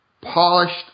polished